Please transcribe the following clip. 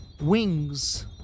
wings